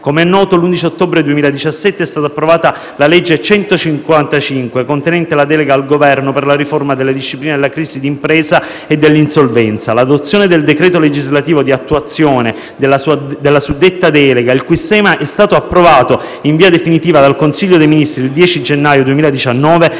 Come è noto, l'11 ottobre 2017 è stata approvata la legge n. 155, contenente la delega al Governo per la riforma della disciplina della crisi di impresa e dell'insolvenza. L'adozione del decreto legislativo di attuazione della suddetta delega, il cui sistema è stato approvato in via definitiva dal Consiglio dei ministri il 10 gennaio 2019,